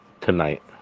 tonight